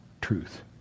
truth